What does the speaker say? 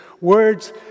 words